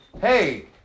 hey